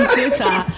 Twitter